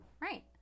Right